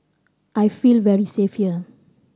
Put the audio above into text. I feel very safe here